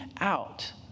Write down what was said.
out